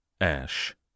Ash